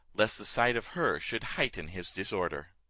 lest the sight of her should heighten his disorder.